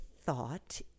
thought